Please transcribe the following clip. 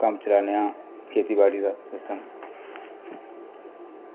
कम्म चलाने आं खेती बाड़ी दा इस कन्नै